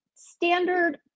standard